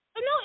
No